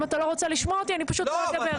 אם אתה לא רוצה לשמוע אותי, אני פשוט לא אדבר.